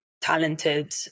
talented